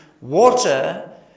water